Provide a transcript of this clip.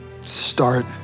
Start